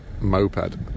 moped